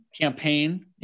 campaign